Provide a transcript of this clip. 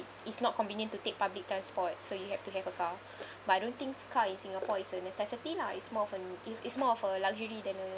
it's not convenient to take public transport so you have to have a car but I don't think car in singapore it's a necessity lah it's more often if it's more of a luxury than a